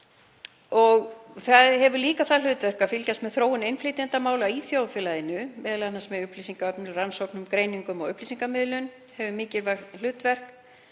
Setrið hefur líka það hlutverk að fylgjast með þróun innflytjendamála í þjóðfélaginu, m.a. með upplýsingaöflun, rannsóknum, greiningu og upplýsingamiðlun. Það hefur mikilvægt hlutverk